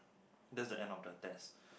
that's the end of the test